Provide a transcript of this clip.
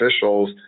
officials